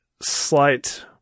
slight